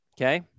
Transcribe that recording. Okay